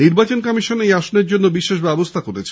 নির্বাচন কমিশন এই আসনের জন্য বিশেষ ব্যবস্হা করেছে